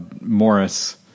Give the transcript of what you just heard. Morris